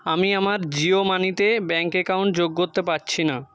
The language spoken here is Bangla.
আমি আমার জিও মানিতে ব্যাঙ্ক অ্যাকাউন্ট যোগ করতে পারছি না